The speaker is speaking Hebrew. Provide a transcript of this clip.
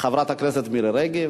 חברת הכנסת מירי רגב.